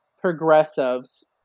progressives